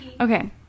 okay